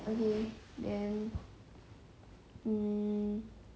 what genre or drama or T_V show do you enjoy the most